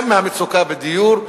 גם המצוקה בדיור.